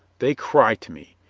they cry to me.